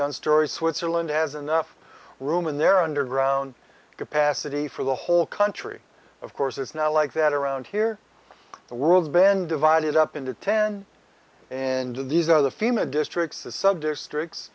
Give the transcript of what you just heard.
done story switzerland has enough room in their underground capacity for the whole country of course it's not like that around here the world's been divided up into ten and these are the fema districts the subdistricts